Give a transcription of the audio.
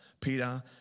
Peter